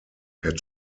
had